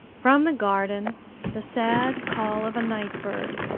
from the garden the sad call of a night-bird,